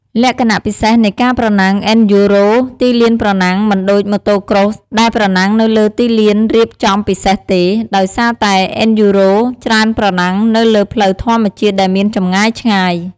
លក្ខណៈពិសេសនៃការប្រណាំង អេនឌ្យូរ៉ូ (Enduro) ទីលានប្រណាំង មិនដូច Motocross ដែលប្រណាំងនៅលើទីលានរៀបចំពិសេសទេ ដោយសារតែអេនឌ្យូរ៉ូ (Enduro) ច្រើនប្រណាំងនៅលើផ្លូវធម្មជាតិដែលមានចម្ងាយឆ្ងាយ។